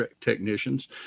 technicians